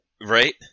Right